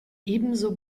ebenso